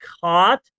caught